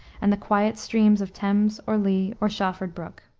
and the quiet streams of thames, or lea, or shawford brook.